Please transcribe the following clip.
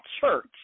church